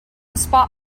spot